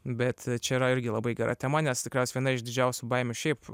bet čia yra irgi labai gera tema nes tikriausiai viena iš didžiausių baimių šiaip